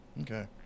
Okay